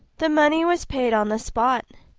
the money was paid on the spot,